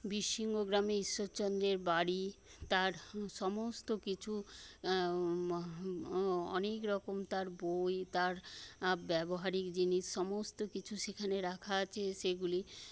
বীরসিংহ গ্রামে ঈশ্বরচন্দ্রের বাড়ি তার সমস্ত কিছু অনেকরকম তার বই তার ব্যবহারিক জিনিস সমস্ত কিছু সেখানে রাখা আছে সেগুলি